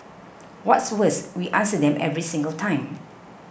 what's worse we answer them every single time